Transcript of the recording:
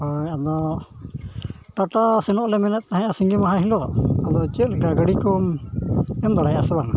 ᱦᱳᱭ ᱟᱫᱚ ᱴᱟᱴᱟ ᱥᱮᱱᱚᱜ ᱞᱮ ᱢᱮᱱᱮᱫ ᱛᱟᱦᱮᱸᱫ ᱥᱤᱸᱜᱮ ᱢᱟᱦᱟ ᱦᱤᱞᱳᱜ ᱟᱫᱚ ᱪᱮᱫ ᱞᱮᱠᱟ ᱜᱟᱹᱰᱤ ᱠᱚᱢ ᱮᱢ ᱫᱟᱲᱮᱭᱟᱜᱼᱟ ᱥᱮ ᱵᱟᱝᱟ